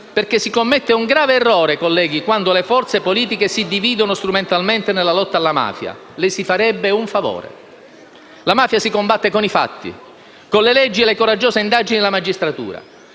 perché si commette un grave errore, colleghi, quando le forze politiche si dividono strumentalmente nella lotta alla mafia. Le si farebbe un favore. La mafia si combatte con i fatti, con le leggi e le coraggiose indagini della magistratura,